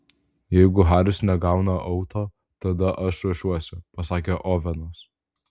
jeigu haris negauna auto tada aš ruošiuosi pasakė ovenas